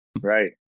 Right